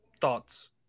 thoughts